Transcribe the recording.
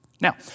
Now